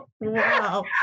Wow